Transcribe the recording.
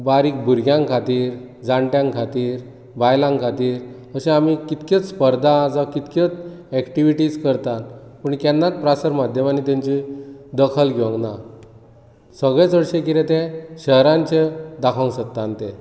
बारीक भुरग्यां खातीर जाणट्यां खातीर बायलां खातीर अश्यो आमी कितल्योच स्पर्धा जावं कितल्योच ऍक्टीवीटीज करतात पूण ते केन्नाच प्रसार माध्यमांनी ताची दखल घेवंक ना सगळें कितें तें तांचे शहरांचे दाखोवंक सोदता ते